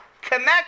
Connect